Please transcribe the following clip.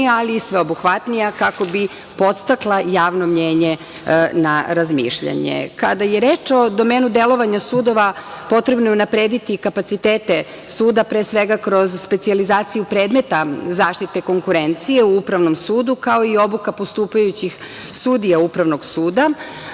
ali i sveobuhvatnija, kako bi podstakla javno mnjenje na razmišljanje. Kada je reč o domenu delovanja sudova, potrebno je unaprediti kapacitete suda, pre svega kroz specijalizaciju predmeta zaštite konkurencije u upravnom sudu, kao i obuka postupajućih sudija upravnog suda.